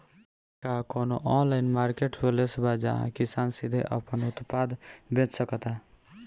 का कोनो online marketplace बा जहां किसान सीधे अपन उत्पाद बेच सकता?